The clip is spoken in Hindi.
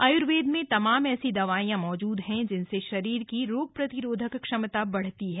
आय्र्वेद में तमाम ऐसी दवाइयां मौजूद हैं जिनसे शरीर की रोग प्रतिरोधक क्षमता में वृद्धि होती है